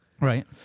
Right